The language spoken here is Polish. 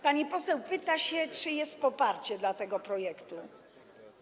Pani poseł pyta się, czy jest poparcie dla tego projektu.